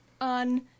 on